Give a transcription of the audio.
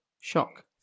Shock